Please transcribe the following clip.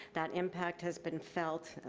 that impact has been felt.